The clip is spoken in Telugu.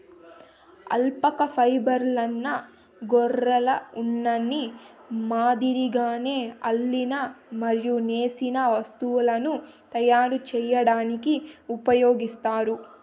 అల్పాకా ఫైబర్ను గొర్రెల ఉన్ని మాదిరిగానే అల్లిన మరియు నేసిన వస్తువులను తయారు చేయడానికి ఉపయోగిస్తారు